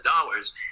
dollars